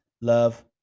love